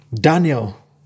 Daniel